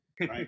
right